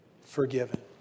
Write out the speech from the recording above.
Forgiven